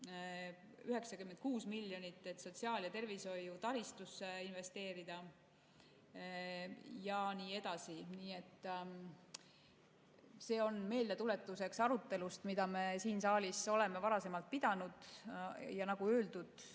96 miljonit, et sotsiaal- ja tervishoiutaristusse investeerida. Ja nii edasi. See on meeldetuletuseks arutelust, mida me siin saalis oleme varasemalt pidanud. Ja nagu öeldud,